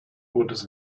bootes